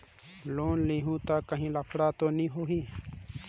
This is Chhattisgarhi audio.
लोन लेहूं ता काहीं लफड़ा तो नी होहि?